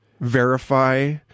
verify